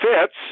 fits